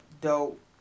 dope